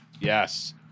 Yes